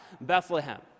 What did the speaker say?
Bethlehem